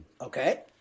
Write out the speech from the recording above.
Okay